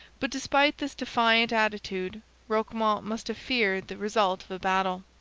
but despite this defiant attitude roquemont must have feared the result of a battle.